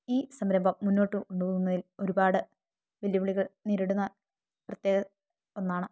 ഈ സംരംഭം മുന്നോട്ട് കൊണ്ടുപോകുന്നതിൽ ഒരുപാട് വെല്ലുവിളികൾ നേരിടുന്ന പ്രത്യേക ഒന്നാണ്